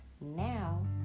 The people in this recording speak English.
Now